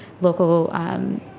local